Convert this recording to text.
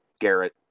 Garrett